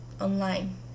online